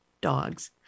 dogs